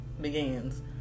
begins